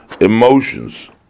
emotions